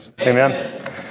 Amen